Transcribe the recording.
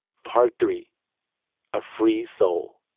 part three a free soul